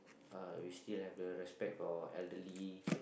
uh we still have the respect for elderly